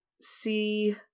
see